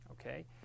okay